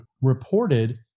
reported